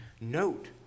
Note